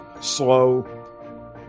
slow